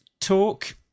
talk